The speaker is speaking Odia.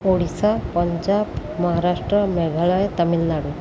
ଓଡ଼ିଶା ପଞ୍ଜାବ ମହାରାଷ୍ଟ୍ର ମେଘାଳୟ ତାମିଲନାଡ଼ୁ